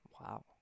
Wow